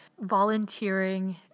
volunteering